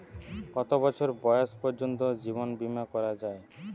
কত বছর বয়স পর্জন্ত জীবন বিমা করা য়ায়?